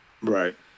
Right